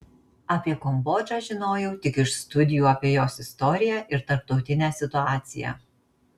apie kambodžą žinojau tik iš studijų apie jos istoriją ir tarptautinę situaciją